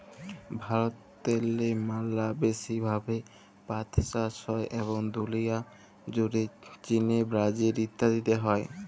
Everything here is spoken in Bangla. ভারতেল্লে ম্যালা ব্যাশি ভাবে পাট চাষ হ্যয় এবং দুলিয়া জ্যুড়ে চিলে, ব্রাজিল ইত্যাদিতে হ্যয়